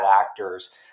actors